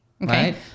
Okay